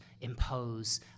impose